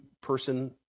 person